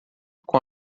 com